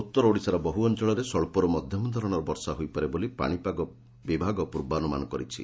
ଉତ୍ତର ଓଡ଼ିଶାର ବହୁ ଅଞ୍ଚଳରେ ସ୍ୱ ଧରଣର ବର୍ଷା ହୋଇପାରେ ବୋଲି ପାଣିପାଗ ବିଭାଗ ପୂର୍ବାନୁମାନ କରିଛି